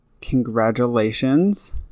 Congratulations